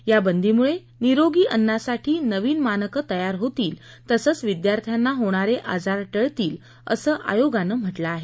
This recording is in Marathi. या बंदीमुळे निरोगी अन्नासाठी नवीन मानकं तयार होतील तसंच विद्यार्थ्यांना होणारे आजार टळतील असं आयोगानं म्हटलंय